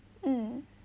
mm